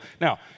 now